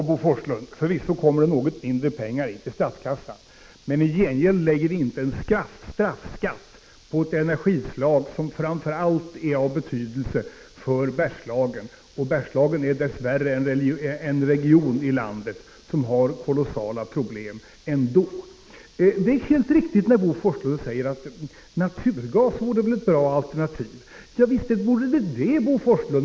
Herr talman! Förvisso kommer det något mindre pengar till statskassan, Bo Forslund, men i gengäld lägger vi inte en straffskatt på ett energislag som framför allt är av betydelse för Bergslagen — och Bergslagen är dess värre en region i landet som har kolossala problem ändå. Det är helt riktigt, som Bo Forslund säger, att naturgas vore ett bra alternativ.